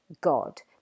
God